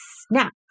snap